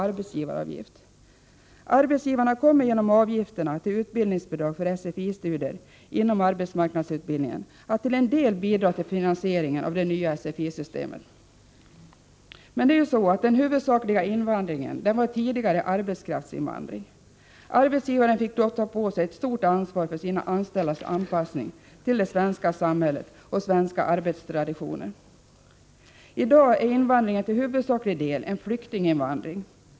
Arbetsgivarna kommer genom avgifterna till utbildningsbidrag för SFI studier inom arbetsmarknadsutbildningen att till en del bidra till finansieringen av det nya SFI-systemet. : Den huvudsakliga invandringen var tidigare arbetskraftsinvandring. Arbetsgivaren fick då ta på sig ett stort ansvar för sina anställdas anpassning till det svenska samhället och svenska arbetstraditioner. I dag är invandringen till huvudsaklig del en flyktinginvandring.